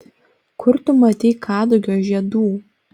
kur tu matei kadugio žiedų